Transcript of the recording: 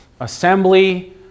assembly